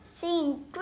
seen